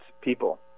people